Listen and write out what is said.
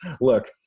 look